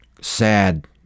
Sad